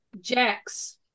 Jax